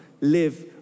Live